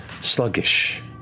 Sluggish